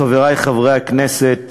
חברי חברי הכנסת,